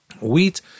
Wheat